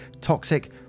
toxic